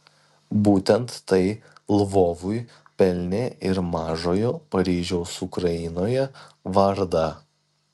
būtent tai lvovui pelnė ir mažojo paryžiaus ukrainoje vardą